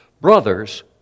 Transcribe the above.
brothers